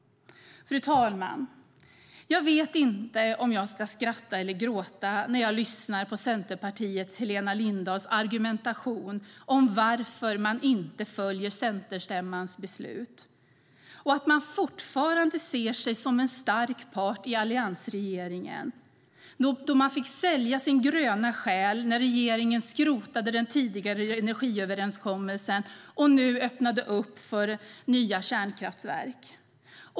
Fru talman! Jag vet inte om jag ska skratta eller gråta när jag lyssnar på Centerpartiets Helena Lindahls argumentation om varför man inte följer centerstämmans beslut. Man ser sig fortfarande som en stark part i alliansregeringen, men man fick sälja sin gröna själ när regeringen skrotade den tidigare energiöverenskommelsen och öppnade för nya kärnkraftverk.